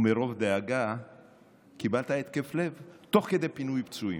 ומרוב דאגה קיבלת התקף לב תוך כדי פינוי פצועים.